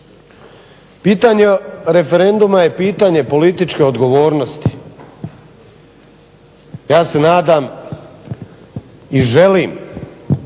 Pitanje referenduma je pitanje političke odgovornosti. Ja se nadam i želim